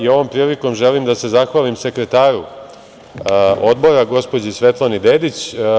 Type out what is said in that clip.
Ovom prilikom želim da se zahvalim sekretaru Odbora, gospođi Svetlani Dedić.